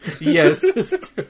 Yes